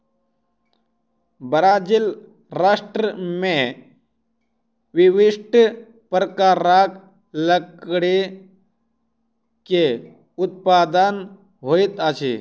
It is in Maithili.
ब्राज़ील राष्ट्र में विशिष्ठ प्रकारक लकड़ी के उत्पादन होइत अछि